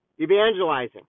evangelizing